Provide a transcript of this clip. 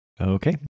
Okay